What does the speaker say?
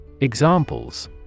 Examples